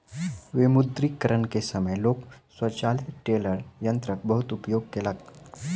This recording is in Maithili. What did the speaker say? विमुद्रीकरण के समय लोक स्वचालित टेलर यंत्रक बहुत उपयोग केलक